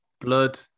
Blood